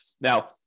Now